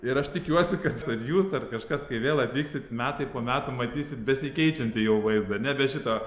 ir aš tikiuosi kad jūs ar kažkas kai vėl atvyksit metai po metų matysit besikeičiantį jau vaizdą nebe šitą